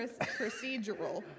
Procedural